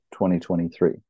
2023